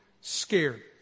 scared